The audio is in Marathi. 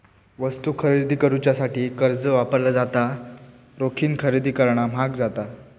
वस्तू खरेदी करुच्यासाठी कर्ज वापरला जाता, रोखीन खरेदी करणा म्हाग जाता